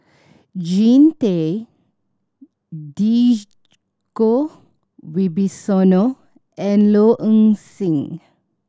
Jean Tay Djoko Wibisono and Low Ng Sing